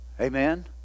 Amen